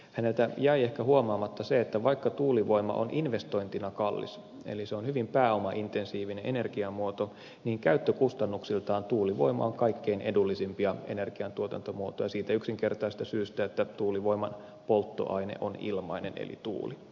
häneltä jäi ehkä huomaamatta se että vaikka tuulivoima on investointina kallis eli se on hyvin pääomaintensiivinen energiamuoto niin käyttökustannuksiltaan tuulivoima on kaikkein edullisimpia energiantuotantomuotoja siitä yksinkertaisesta syystä että tuulivoiman polttoaine on ilmainen eli tuuli